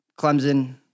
Clemson